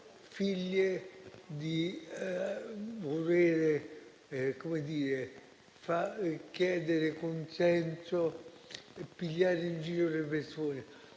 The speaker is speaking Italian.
voler chiedere consenso e pigliare in giro le persone.